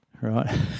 right